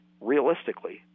realistically